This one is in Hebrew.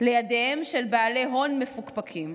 לידיהם של בעלי הון מפוקפקים.